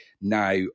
now